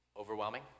overwhelming